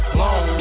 long